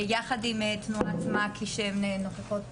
יחד עם תנועת "מעכי" שנוכחות פה.